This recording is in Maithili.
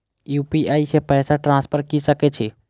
यू.पी.आई से पैसा ट्रांसफर की सके छी?